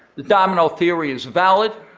the domino theory is valid,